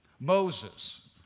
Moses